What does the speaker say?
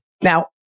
Now